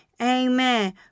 Amen